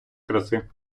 краси